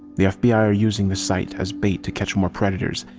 the fbi are using the site as bait to catch more predators.